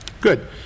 Good